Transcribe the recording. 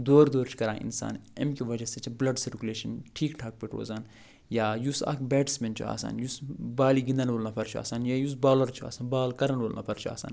دورٕ دورٕ چھِ کران اِنسان اَمہِ کہِ وَجہ سۭتۍ چھِ بٕلَڈ سٔرکُلیشَن ٹھیٖک ٹھاک پٲٹھۍ روزان یا یُس اَکھ بیٹٕسمین چھُ آسان یُس بالہِ گِنٛدَن وول نفر چھُ آسان یا یُس بالَر چھُ آسان بال کَرَن وول نفر چھُ آسان